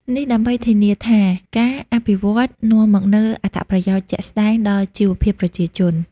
នេះដើម្បីធានាថាការអភិរក្សនាំមកនូវអត្ថប្រយោជន៍ជាក់ស្តែងដល់ជីវភាពប្រជាជន។